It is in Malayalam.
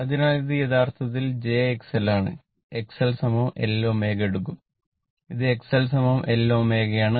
അതിനാൽ ഇത് യഥാർത്ഥത്തിൽ jXLആണ് XL L ω എടുക്കും ഇത് XL L ω ആണ്